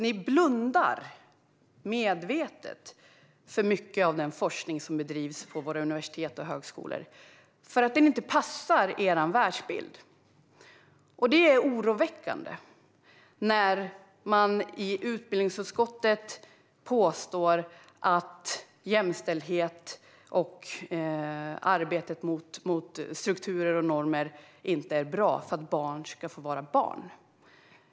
Ni blundar medvetet för mycket av den forskning som bedrivs vid våra universitet och högskolor för att den inte passar er världsbild. Det är oroväckande när man i utbildningsutskottet påstår att jämställdhet och arbetet mot strukturer och normer inte är bra för att barn ska få vara barn.